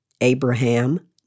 Abraham